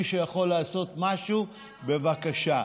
מי שיכול לעשות משהו, בבקשה.